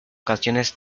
canciones